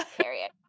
period